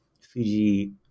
Fiji